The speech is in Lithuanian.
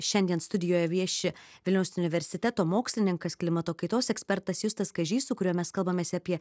šiandien studijoje vieši vilniaus universiteto mokslininkas klimato kaitos ekspertas justas kažys su kuriuo mes kalbamės apie